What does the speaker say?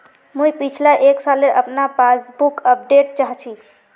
मुई पिछला एक सालेर अपना पासबुक अपडेट चाहची?